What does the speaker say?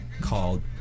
called